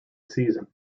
season